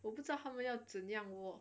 我不知道他们要怎样喔